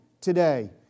today